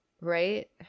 right